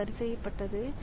அது சரி செய்யப்பட்டது